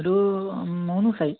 ഒരു മൂന്ന് ദിവസമായി